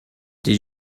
did